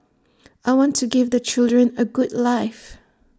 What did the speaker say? I want to give the children A good life